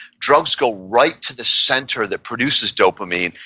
drugs go right to the center that produces dopamine,